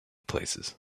places